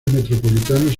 metropolitanos